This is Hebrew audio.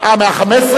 עמדתם?